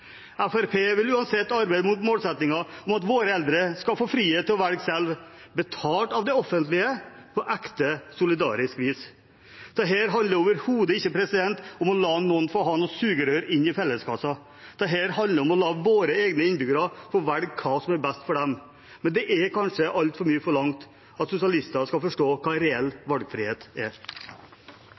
vil uansett arbeide mot målsettingen om at våre eldre skal få frihet til å velge selv, betalt av det offentlige på ekte solidarisk vis. Dette handler overhodet ikke om å la noen ha et sugerør inn i felleskassa. Dette handler om å la våre innbyggere få velge hva som er best for dem. Men det er kanskje altfor mye forlangt at sosialister skal forstå hva reell valgfrihet er.